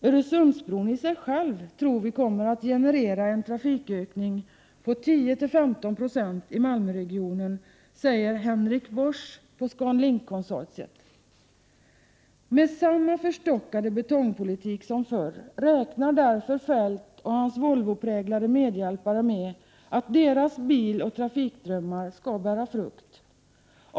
Öresundsbron i sig själv tror vi kommer att generera en trafikökning på 10—15 96 i Malmöregionen, säger Henrik Baasch på ScanLink-konsortiet. Med samma förstockade betongpolitik som förr räknar därför Kjell-Olof Feldt och hans Volvopräglade medhjälpare med att deras biloch trafikdrömmar skall bära frukt.